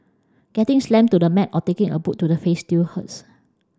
getting slammed to the mat or taking a boot to the face still hurts